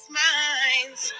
minds